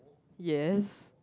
yes